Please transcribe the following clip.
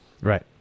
Right